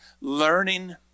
Learning